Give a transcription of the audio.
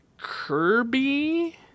Kirby